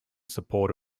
support